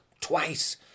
Twice